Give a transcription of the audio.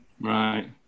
Right